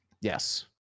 yes